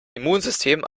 immunsystem